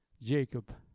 Jacob